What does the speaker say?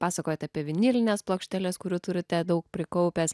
pasakojot apie vinilines plokšteles kurių turite daug prikaupęs